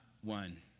one